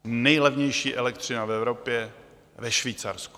Nejlevnější elektřina v Evropě ve Švýcarsku.